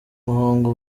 muhango